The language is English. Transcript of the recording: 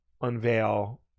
unveil